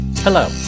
Hello